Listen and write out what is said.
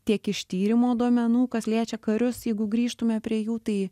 tiek iš tyrimo duomenų kas liečia karius jeigu grįžtume prie jų tai